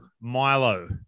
Milo